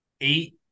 eight